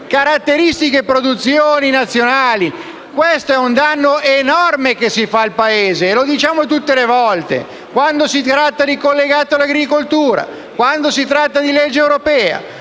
caratteristiche; questo è un danno enorme che si fa al Paese, lo diciamo tutte le volte. Quando si tratta di collegato sull'agricoltura, quando si tratta di legge europea,